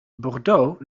bordeaux